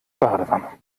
badewanne